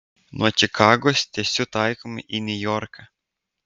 nuo čikagos tiesiu taikymu į niujorką